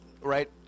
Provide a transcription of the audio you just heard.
right